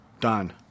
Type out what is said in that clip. done